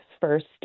first